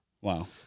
Wow